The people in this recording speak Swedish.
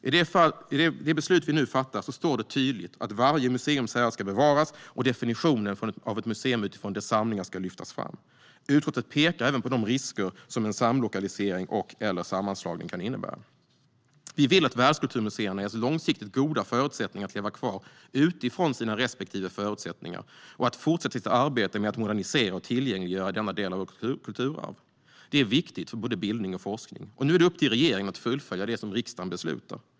I det beslut vi nu fattar står det tydligt att varje museums särart ska bevaras och definitionen av ett museum utifrån dess samlingar lyftas fram. Utskottet pekar även på de risker en samlokalisering och/eller en sammanslagning kan innebära. Vi vill att världskulturmuseerna ges långsiktigt goda förutsättningar att leva kvar utifrån sina respektive förutsättningar och fortsätta sitt arbete med att modernisera och tillgängliggöra denna del av vårt kulturarv. Det är viktigt för både bildning och forskning. Nu är det upp till regeringen att fullfölja det som riksdagen beslutar.